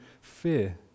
fear